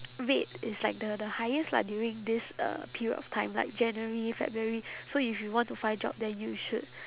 rate is like the the highest lah like during this uh period of time like january february so if you want to find job then you should